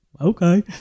okay